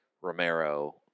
Romero